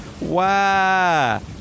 Wow